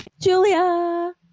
Julia